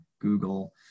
Google